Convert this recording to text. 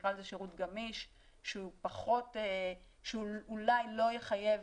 נקרא לזה, שירות גמיש שהוא אולי לא יחייב